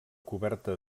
coberta